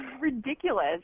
Ridiculous